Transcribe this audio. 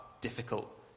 difficult